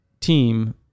team